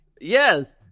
Yes